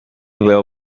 bill